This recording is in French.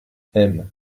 aime